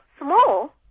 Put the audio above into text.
Small